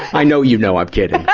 i know you know i'm kidding. but,